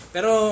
Pero